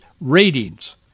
ratings